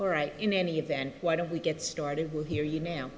right in any event why don't we get started we'll hear you now